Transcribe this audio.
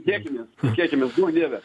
tikėkimės tikėkimės duok dieve